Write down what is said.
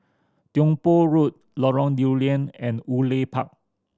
Tiong Poh Road Lorong Lew Lian and Woodleigh Park